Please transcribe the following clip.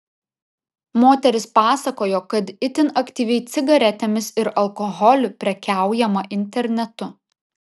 moteris pasakojo kad itin aktyviai cigaretėmis ir alkoholiu prekiaujama internetu